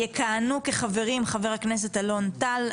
יכהנו כחברים חבר הכנסת אלון טל,